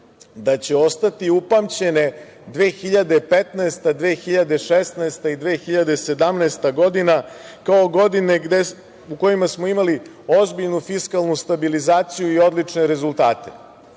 da će ostati upamćene 2015, 2016. i 2017. godina kao godine u kojima smo imali ozbiljnu fiskalnu stabilizaciju i odlične rezultate. To